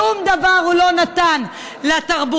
שום דבר הוא לא נתן לתרבות.